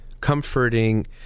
comforting